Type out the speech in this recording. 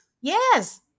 Yes